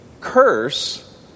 curse